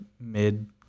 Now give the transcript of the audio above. mid